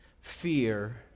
fear